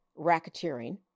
racketeering